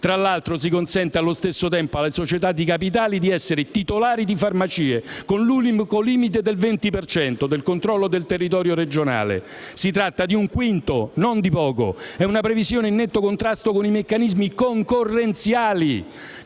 Tra l'altro, si consente allo stesso tempo alle società di capitali di essere titolari di farmacie, con 1'unico limite del 20 per cento del controllo del territorio regionale: si tratta di un quinto, non di poco. È una previsione in netto contrasto con i meccanismi concorrenziali,